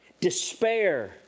Despair